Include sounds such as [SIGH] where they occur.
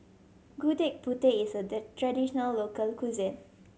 Gudeg Putih is a [UNINTELLIGIBLE] traditional local cuisine